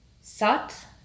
Sat